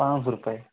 पाँच सौ रुपये